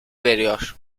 veriyor